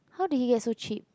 how did he get so cheap